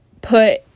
put